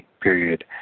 period